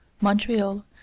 Montreal